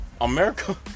America